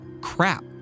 crap